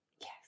Yes